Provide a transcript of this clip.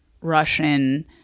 Russian